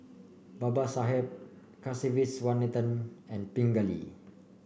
Babasaheb Kasiviswanathan and Pingali